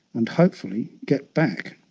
and hopefully get back.